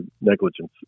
negligence